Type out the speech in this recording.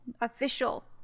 official